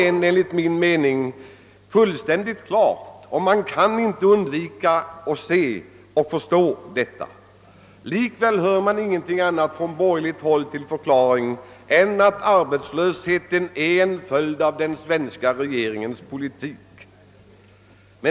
Detta är enligt min mening fullständigt klart för var och en, och man kan inte undgå att se och förstå detta. Likväl hör man från borgerligt håll ingen annan förklaring än att arbetslösheten är en följd av den svenska regeringens politik.